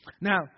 Now